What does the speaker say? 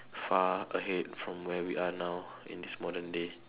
far ahead from where we are now in this modern day